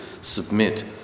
submit